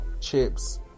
chips